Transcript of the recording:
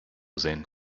sehen